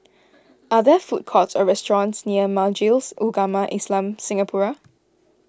are there food courts or restaurants near Majlis Ugama Islam Singapura